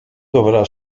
dovrà